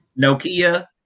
Nokia